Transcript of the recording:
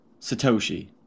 Satoshi